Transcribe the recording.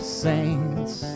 saints